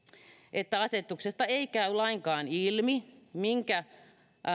että asetuksesta ei käy lainkaan ilmi minkä